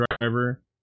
driver